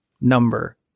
number